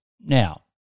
Now